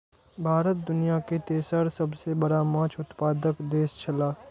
भारत दुनिया के तेसर सबसे बड़ा माछ उत्पादक देश छला